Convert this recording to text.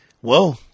Whoa